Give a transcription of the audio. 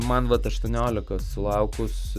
man vat aštuoniolika sulaukus